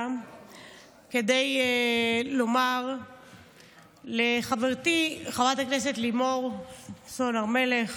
כדי לומר לחברתי חברת הכנסת לימור סון הר מלך